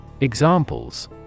Examples